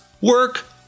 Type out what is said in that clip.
work